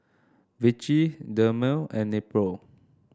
Vichy Dermale and Nepro